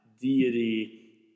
Deity